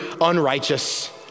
unrighteous